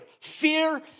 Fear